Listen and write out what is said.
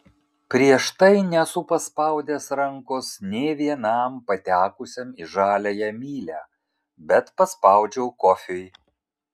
prieš tai nesu paspaudęs rankos nė vienam patekusiam į žaliąją mylią bet paspaudžiau kofiui